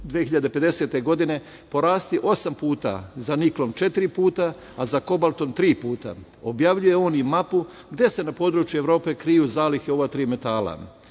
2050. godine porasti osam puta, za niklom četiri puta, a za kobaltom tri puta. Objavljuje on i mapu gde se na području Evrope kriju zalihe ova tri metala.